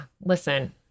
listen